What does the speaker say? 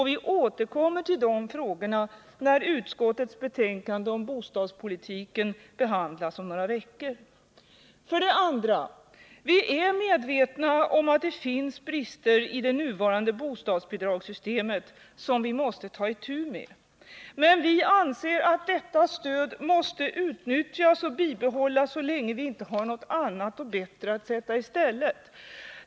Vi återkommer till de frågorna när utskottets betänkande om bostadspolitiken behandlas om några veckor. 2. Vi är medvetna om att det finns brister i det nuvarande bostadsbidragssystemet som vi måste ta itu med. Men vi anser att detta stöd måste utnyttjas och bibehållas så länge vi inte har något annat och bättre att sätta i stället.